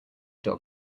dog